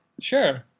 Sure